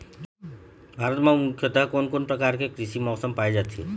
भारत म मुख्यतः कोन कौन प्रकार के कृषि मौसम पाए जाथे?